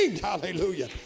Hallelujah